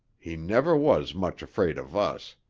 he never was much afraid of us.